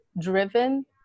driven